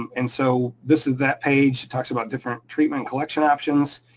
um and so this is that page. it talks about different treatment collection options,